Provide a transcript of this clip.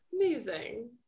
Amazing